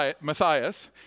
Matthias